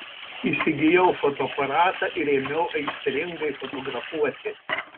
įsigijau fotoaparatą ir ėmiau aistringai fotografuoti